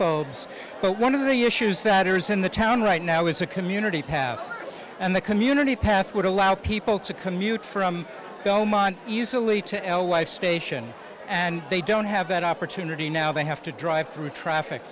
light but one of the issue satyrs in the town right now is a community have and the community past would allow people to commute from go month easily to l y station and they don't have that opportunity now they have to drive through traffic